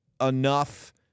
enough